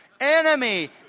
Enemy